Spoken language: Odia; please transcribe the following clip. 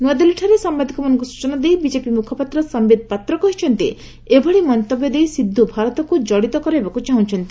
ନୂଆଦିଲ୍ଲୀଠାରେ ସାମ୍ବାଦିକମାନଙ୍କୁ ସୂଚନା ଦେଇ ବିଜେପି ମୁଖପାତ୍ର ସମ୍ଭିତ ପାତ୍ର କହିଛନ୍ତି ଏଭଳି ମନ୍ତବ୍ୟ ଦେଇ ସିଦ୍ଧୁ ଭାରତକୁ କଡ଼ିତ କରାଇବାକୁ ଚାହୁଁଛନ୍ତି